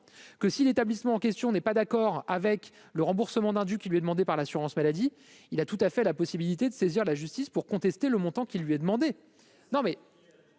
que si l'établissement en question n'est pas d'accord avec le remboursement d'un du qui lui est demandé par l'assurance maladie, il a tout à fait la possibilité de saisir la justice pour contester le montant qui lui est demandé